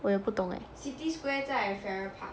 我也不懂诶